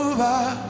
Over